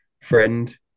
friend